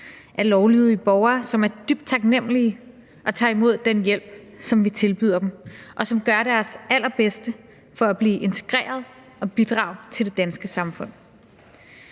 er lovlydige borgere, som er dybt taknemlige og tager imod den hjælp, som vi tilbyder dem, og som gør deres allerbedste for at blive integreret og bidrage til det danske samfund.